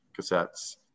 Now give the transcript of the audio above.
cassettes